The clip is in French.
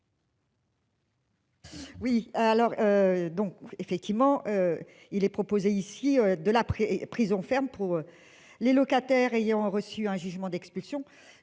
Oui alors. Donc effectivement. Il est proposé ici de la prison ferme pour. Les locataires ayant reçu un jugement d'expulsion.